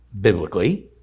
biblically